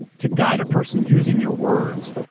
to guide a person, using your words,